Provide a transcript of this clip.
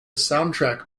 soundtrack